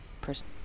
person